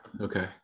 okay